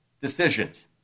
Decisions